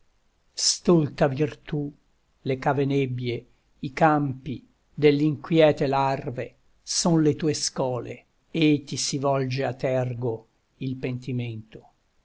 aura percote stolta virtù le cave nebbie i campi dell'inquiete larve son le tue scole e ti si volge a tergo il pentimento